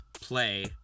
play